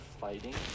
fighting